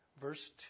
Verse